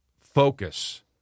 focus